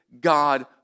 God